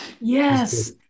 Yes